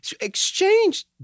exchange